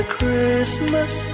Christmas